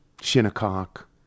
Shinnecock